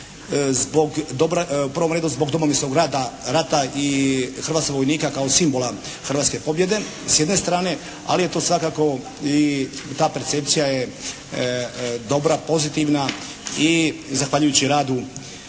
u prvom redu zbog Domovinskog rata i hrvatskog vojnika kao simbola hrvatske pobjede, s jedne strane. Ali to je svakako i ta percepcija je dobra, pozitivna i zahvaljujući radu